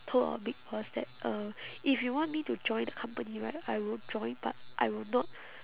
told our big boss that um if you want me to join the the company right I will join but I will not